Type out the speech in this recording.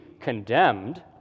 condemned